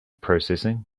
processing